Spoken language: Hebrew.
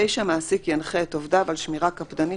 מעסיק ינחה את עובדיו על שמירה קפדנית